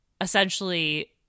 essentially